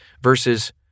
versus